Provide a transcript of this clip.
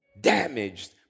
Damaged